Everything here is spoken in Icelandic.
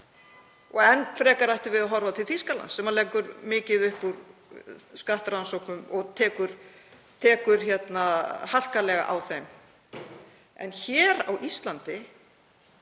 og enn frekar ættum við að horfa til Þýskalands sem leggur mikið upp úr skattrannsóknum og tekur harkalega á þeim málum. En hér á Íslandi,